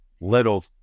little